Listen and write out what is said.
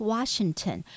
Washington